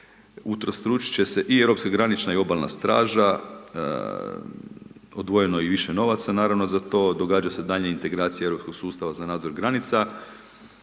utrostručit će se i europska i granična obalna straža, odvojeno je i više novaca naravno za to, događa se daljnja integracija europskog sustava za nadzor granica,